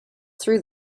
through